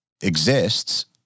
exists